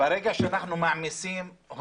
את הקשיים.